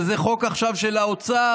וזה חוק עכשיו של האוצר,